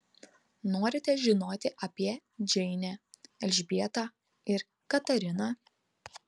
norite žinoti apie džeinę elžbietą ir katariną